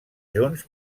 junts